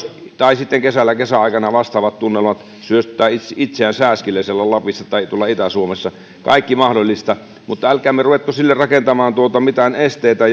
tai sitten kesäaikana vastaavista tunnelmista syöttää itseään sääskille siellä lapissa tai tuolla itä suomessa kaikki mahdollista älkäämme ruvetko sille rakentamaan mitään esteitä